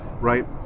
right